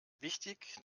wichtig